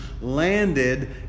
landed